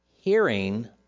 hearing